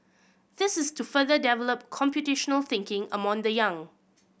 this is to further develop computational thinking among the young